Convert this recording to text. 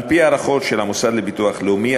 על-פי ההערכות של המוסד לביטוח לאומי,